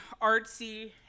artsy